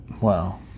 Wow